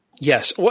Yes